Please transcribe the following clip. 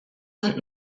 sind